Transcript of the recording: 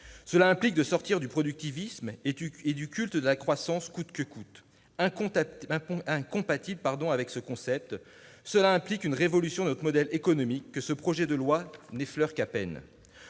Cela implique de sortir du productivisme et du culte de la croissance coûte que coûte, incompatible avec ce concept. Cela implique une révolution de notre modèle économique que ce projet de loi n'effleure qu'à peine.